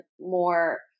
more